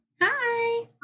Hi